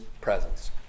presence